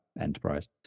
Enterprise